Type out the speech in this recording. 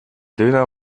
döner